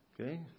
Okay